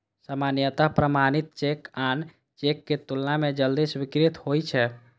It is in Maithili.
सामान्यतः प्रमाणित चेक आन चेक के तुलना मे जल्दी स्वीकृत होइ छै